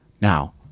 Now